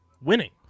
Winning